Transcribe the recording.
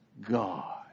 God